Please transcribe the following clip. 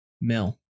Mill